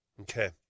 okay